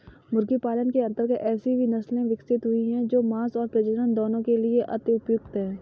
मुर्गी पालन के अंतर्गत ऐसी भी नसले विकसित हुई हैं जो मांस और प्रजनन दोनों के लिए अति उपयुक्त हैं